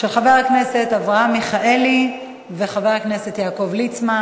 של חבר הכנסת אברהם מיכאלי וחבר הכנסת יעקב ליצמן.